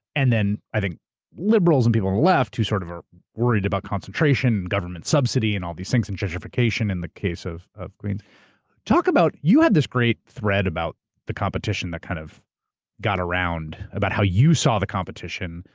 and then i think liberals and people on the left, who sort are ah worried about concentration, and government subsidy, and all these things, and gentrification in the case of of queens. talk about, you had this great thread about the competition that kind of got around, about how you saw the competition,